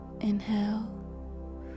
inhale